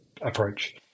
approach